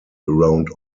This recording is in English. around